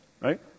right